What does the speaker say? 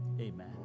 amen